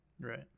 Right